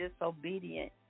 disobedient